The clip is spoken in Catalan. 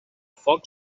foc